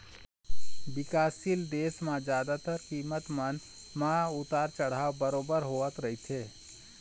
बिकासशील देश म जादातर कीमत मन म उतार चढ़ाव बरोबर होवत रहिथे